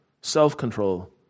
self-control